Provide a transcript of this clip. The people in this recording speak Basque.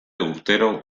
urtero